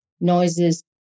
noises